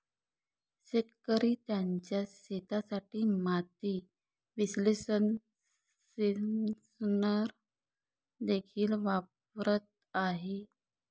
शेतकरी त्यांच्या शेतासाठी माती विश्लेषण सेन्सर देखील वापरत आहेत